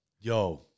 yo